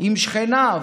עם שכניו,